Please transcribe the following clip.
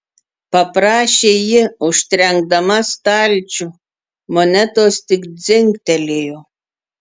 paprašė ji užtrenkdama stalčių monetos tik dzingtelėjo